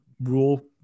rule